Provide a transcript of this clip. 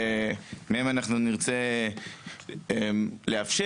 שאצלם אנחנו נרצה לאפשר,